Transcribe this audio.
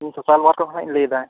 ᱤᱧ social work ᱠᱷᱚᱡ ᱞᱟᱹᱭᱮᱫᱟ